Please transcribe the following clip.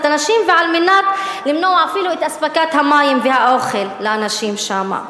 אנשים ועל מנת למנוע אפילו את אספקת המים והאוכל לאנשים שם.